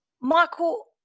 Michael